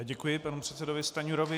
Děkuji panu předsedovi Stanjurovi.